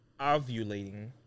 ovulating